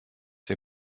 wir